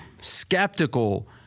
skeptical